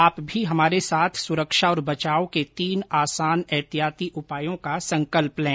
आप भी हमारे साथ सुरक्षा और बचाव के तीन आसान एहतियाती उपायों का संकल्प लें